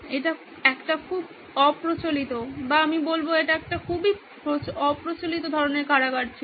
এটা একটা খুব অপ্রচলিত বা আমি বলব এটা একটা খুবই অপ্রচলিত ধরনের কারাগার ছিল